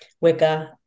Wicca